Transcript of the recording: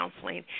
counseling